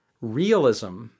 realism